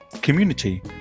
community